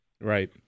Right